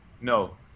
no